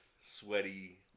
sweaty